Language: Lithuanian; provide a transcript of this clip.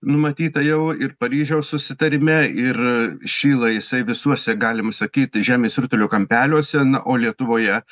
numatyta jau ir paryžiaus susitarime ir šyla jisai visuose galima sakyt žemės rutulio kampeliuose na o lietuvoje